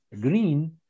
green